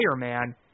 fireman